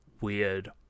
weird